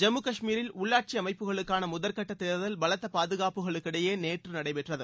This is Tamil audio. ஜம்மு கஷ்மீரில் உள்ளாட்சி அமைப்புகளுக்கான முதல்கட்ட தேர்தல் பலத்த பாதுகாப்புக்கிடையே நேற்று நடைபெற்றது